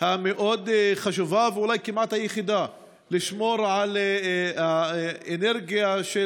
מאוד חשובה ואולי כמעט היחידה לשמור על האנרגיה של